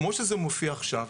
כמו שזה מופיע עכשיו,